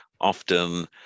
often